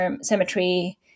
Cemetery